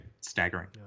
staggering